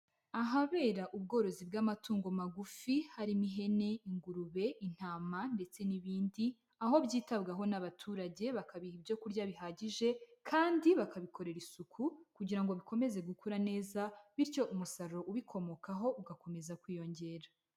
Ahabera ubworozi bw'amatungo magufi harimo ihene, ingurube, intama, ndetse n'ibindi, aho byitabwaho n'abaturage bakabiha ibyo kurya bihagije, kandi bakabikorera isuku kugira ngo bikomeze gukura neza, bityo umusaruro ubikomokaho ugakomeza kwiyongera.